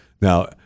Now